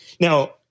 Now